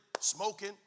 smoking